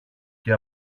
και